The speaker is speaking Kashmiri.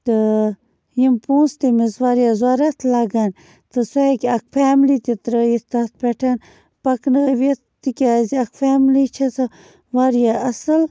تہٕ یِم پونٛسہٕ تٔمِس واریاہ ضۄرَتھ لَگن تہٕ سُہ ہیٚکہِ اَکھ فیملی تہِ ترٛٲیِتھ تَتھ پٮ۪ٹھ پکنٲوِتھ تِکیٛازِ اَکھ فیملی چھےٚ سۄ واریاہ اَصٕل